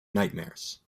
nightmares